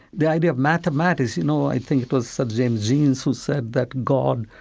the idea of mathematics, you know, i think it was sir james jeans who said that god,